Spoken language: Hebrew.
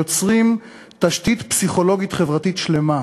יוצרים תשתית פסיכולוגית חברתית שלמה.